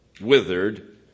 withered